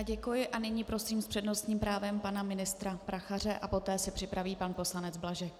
Děkuji a nyní prosím s přednostním právem pana ministra Prachaře a poté se připraví pan poslanec Blažek.